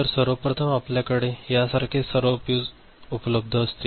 तर सर्वप्रथम आपल्याकडे यासारखे सर्व फ्यूज उपलब्ध असतील